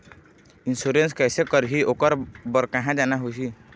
Insurance कैसे करही, ओकर बर कहा जाना होही?